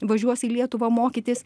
važiuos į lietuvą mokytis